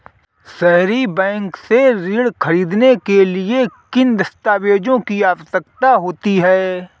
सहरी बैंक से ऋण ख़रीदने के लिए किन दस्तावेजों की आवश्यकता होती है?